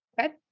okay